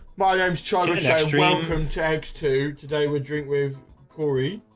my yeah name's charlie from tattoo today. we drink with corey